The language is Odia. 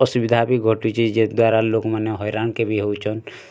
ଅସୁବିଧା ବି ଘଟୁଛି ଯେ ଦ୍ଵାରା ଲୋକ୍ ମାନେ ହଇରାଣ କେ ବି ହଉଛନ୍